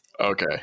Okay